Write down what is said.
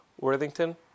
Worthington